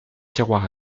tiroir